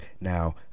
Now